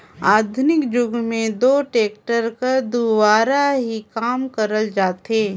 आधुनिक जुग मे दो टेक्टर कर दुवारा ही काम करल जाथे